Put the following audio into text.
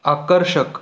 आकर्षक